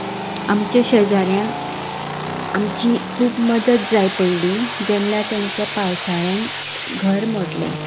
आमच्या शेजाऱ्यांक आमची खूब मद्दत जाय पडली जेन्ना तांच्या पावसाळ्यांत घर मोडलें